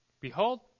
Behold